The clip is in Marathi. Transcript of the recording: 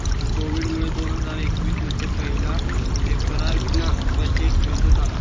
कोविडमुळे दोन हजार एकवीस मध्ये पहिला पेपरावीना बजेट मंजूर झाला